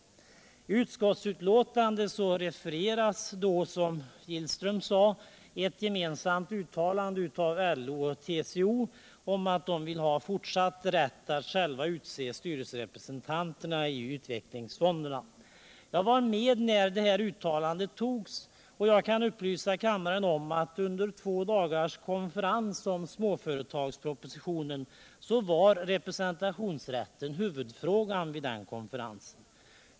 I utskottsbetänkandet refereras, som Åke Gillström sade, ett gemensamt uttalande av LO och TCO om att de vill ha fortsatt rätt att själva — De mindre och utse styrelserepresentanter i utvecklingsfonderna. Jag var med när det — medelstora uttalandet antogs, och jag kan upplysa kammaren om att under två dagars = företagens utveckkonferens om småföretagspropositionen var representationsrätten huvud = ling, m.m. frågan.